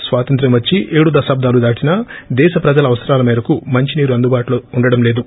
స్వాతంత్ర్యం వచ్చి ఏడు దశాబ్దాలు దాటినా దేశ ప్రజల అవసరాల మేరకు మంచినీరు అందుబాటులో ఉండడం లేదు